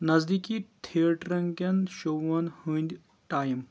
نزدیٖکی تھیٹرٕنۍ کین شوون ہٕندۍ ٹایم